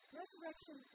resurrection